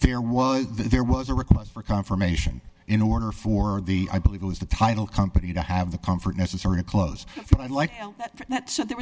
there was there was a request for confirmation in order for the i believe it was the title company to have the comfort necessary a close like that so there